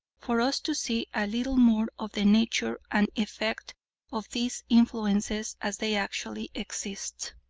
for us to see a little more of the nature and effect of these influences as they actually exist.